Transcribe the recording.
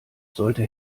sollte